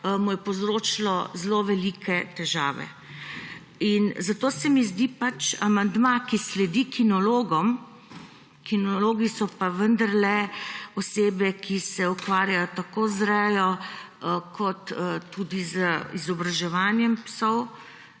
mu je povzročilo zelo velike težave. In zato se mi zdi za amandma, ki sledi kinologom, kinologi so pa vendarle osebe, ki se ukvarjajo tako z rejo kot tudi z izobraževanjem psov,